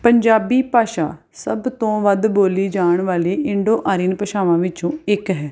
ਪੰਜਾਬੀ ਭਾਸ਼ਾ ਸਭ ਤੋਂ ਵੱਧ ਬੋਲੀ ਜਾਣ ਵਾਲੀ ਇੰਡੋ ਆਰੀਅਨ ਭਾਸ਼ਾਵਾਂ ਵਿੱਚੋਂ ਇੱਕ ਹੈ